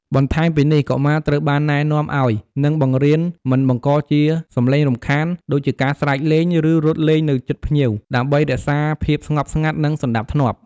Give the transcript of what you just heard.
បន្ថែមពីនេះ កុមារត្រូវបានណែនាំឲ្យ និងបង្រៀន មិនបង្កជាសំឡេងរំខាន ដូចជាការស្រែកលេង ឬរត់លេងនៅជិតភ្ញៀវ ដើម្បីរក្សាភាពស្ងប់ស្ងាត់ និងសណ្ដាប់ធ្នាប់។